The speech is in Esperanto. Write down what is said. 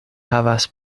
havas